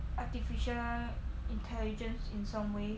artificial intelligence in some way